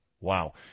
wow